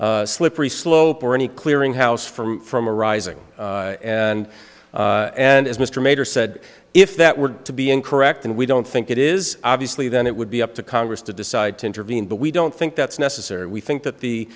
of slippery slope or any clearinghouse for from arising and and as mr major said if that were to be incorrect and we don't think it is obviously then it would be up to congress to decide to intervene but we don't think that's necessary we think that the